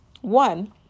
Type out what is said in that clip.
one